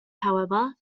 however